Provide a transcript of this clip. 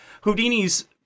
Houdini's